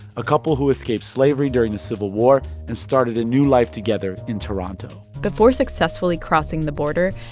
a couple who escaped slavery during the civil war and started a new life together in toronto before successfully crossing the border,